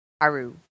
Haru